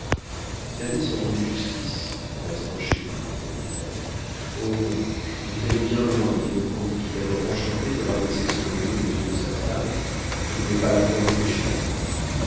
se rendait justice en restant chez lui reprit-elle oh mon ange vous allez bien loin dit le comte qui d'abord enchanté de rabaisser son ami aux yeux de sa femme ne voulait pas la mort du pécheur